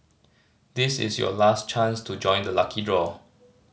this is your last chance to join the lucky draw